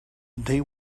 they